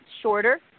shorter